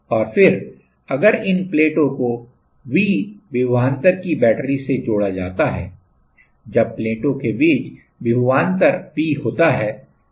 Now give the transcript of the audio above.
और फिर अगर इन प्लेटों को V विभवान्तर की बैटरी से जोड़ा जाता है जब प्लेटों के बीच विभवान्तर V होता है